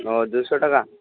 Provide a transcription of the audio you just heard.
ও দুশো টাকা